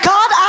God